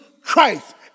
Christ